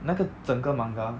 那个整个 manga